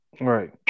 Right